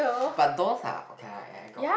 but dolls are okay I I got